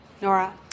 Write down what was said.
Nora